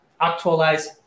actualize